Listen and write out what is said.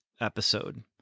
episode